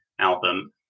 album